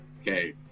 okay